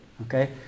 Okay